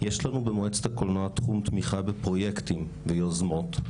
יש לנו במועצת הקולנוע תחום תמיכה בפרוייקטים ויוזמות.